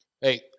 Hey